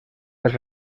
pels